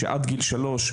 שעד גיל שלוש,